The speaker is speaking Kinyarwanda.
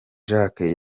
jacques